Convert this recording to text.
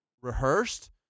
rehearsed